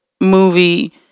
movie